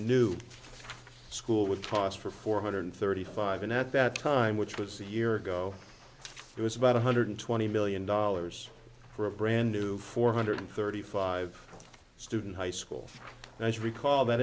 new school would cost for four hundred thirty five and at that time which was a year ago it was about one hundred twenty million dollars for a brand new four hundred thirty five student high school and i recall that